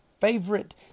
favorite